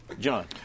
John